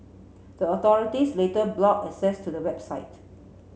the authorities later blocked access to the website